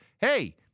hey